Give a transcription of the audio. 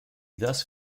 thus